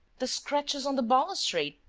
the scratches on the balustrade?